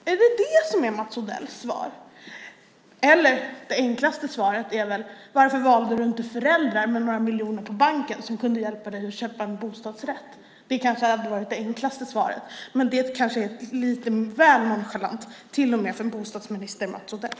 Är det Mats Odells svar? Det enklaste svaret är väl: Varför valde du inte föräldrar med några miljoner på banken som kan hjälpa dig att köpa en bostadsrätt? Det hade kanske varit det enklaste svaret. Men det är kanske lite väl nonchalant, till och med för bostadsminister Mats Odell.